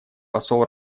посол